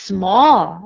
Small